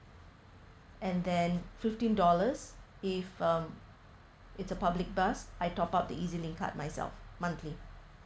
and then fifteen dollars if um it's a public bus I top up the ezlink card myself monthly